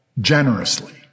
Generously